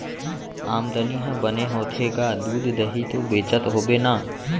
आमदनी ह बने होथे गा, दूद, दही तो बेचत होबे ना?